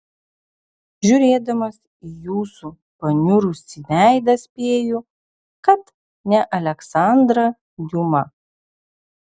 žiūrėdamas į jūsų paniurusį veidą spėju kad ne aleksandrą diuma